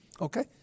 Okay